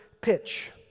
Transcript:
pitch